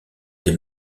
des